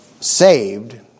saved